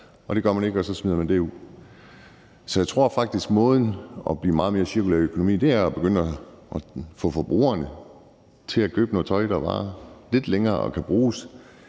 Og det gør man ikke, og så smider man det ud. Så jeg tror faktisk, måden at blive meget mere cirkulær i økonomien på, er at begynde at få forbrugerne til at købe noget tøj, der holder lidt længere og kan bruges